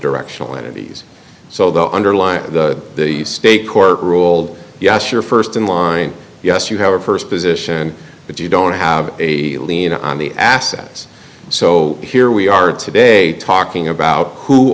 directional entities so the underlying the state court ruled yes you're st in line yes you have a st position but you don't have a lien on the assets so here we are today talking about who